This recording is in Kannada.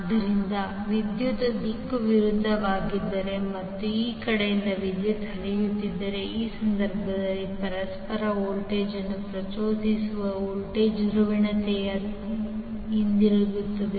ಆದ್ದರಿಂದ ವಿದ್ಯುತ್ ದಿಕ್ಕು ವಿರುದ್ಧವಾಗಿದ್ದರೆ ಮತ್ತು ಈ ಕಡೆಯಿಂದ ವಿದ್ಯುತ್ ಹರಿಯುತ್ತಿದ್ದರೆ ಆ ಸಂದರ್ಭದಲ್ಲಿ ಪರಸ್ಪರ ವೋಲ್ಟೇಜ್ ಅನ್ನು ಪ್ರಚೋದಿಸುವ ವೋಲ್ಟೇಜ್ನ ಧ್ರುವೀಯತೆಯು ಹೀಗಿರುತ್ತದೆ